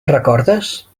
recordes